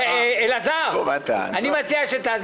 הוא אמר שהוא עוד לא